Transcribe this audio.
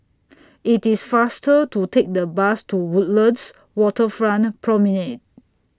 IT IS faster to Take The Bus to Woodlands Waterfront Promenade